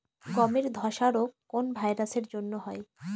গমের ধসা রোগ কোন ভাইরাস এর জন্য হয়?